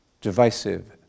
divisive